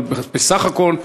אבל בסך הכול,